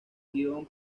guion